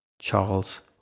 Charles